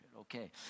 okay